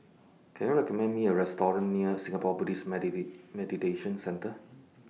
Can YOU recommend Me A Restaurant near Singapore Buddhist Meditation Centre